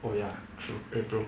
oh ya true eh bro